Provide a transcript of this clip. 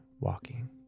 walking